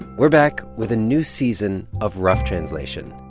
we're back with a new season of rough translation,